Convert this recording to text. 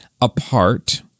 apart